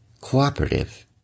cooperative